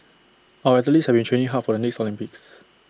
our athletes have been training hard for the next Olympics